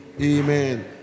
Amen